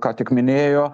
ką tik minėjo